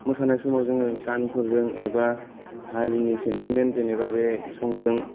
मोसानाय समाव जोंयो गानफोरजों एबा हारिनि सेनथिमेन्त जेनबा बे संजों